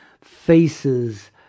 faces